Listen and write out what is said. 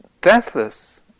deathless